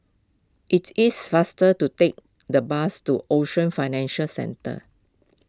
it is faster to take the bus to Ocean Financial Centre